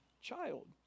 child